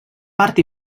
part